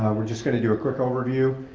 um we're just gonna do a quick overview.